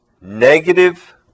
Negative